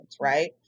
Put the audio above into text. right